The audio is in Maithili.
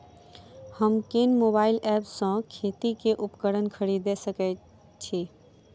हम केँ मोबाइल ऐप सँ खेती केँ उपकरण खरीदै सकैत छी?